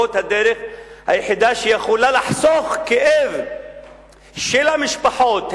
זאת הדרך היחידה שיכולה לחסוך כאב של המשפחות,